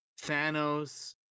Thanos